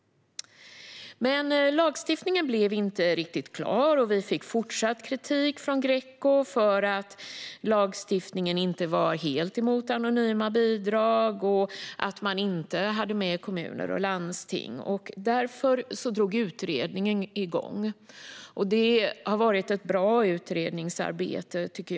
Lagstiftningen blev dock inte riktigt klar, och vi fick fortsatt kritik från Greco för att lagstiftningen inte var helt emot anonyma bidrag samt att man inte hade med kommuner och landsting. Därför drog utredningen igång, och jag tycker att det har varit ett bra utredningsarbete.